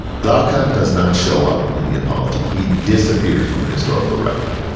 glaucon does not show up in the apology. he disappears from the historical record.